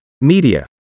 media